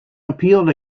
appealed